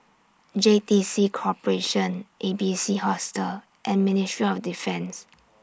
J T C Corporation A B C Hostel and Ministry of Defence